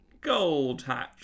Goldhatch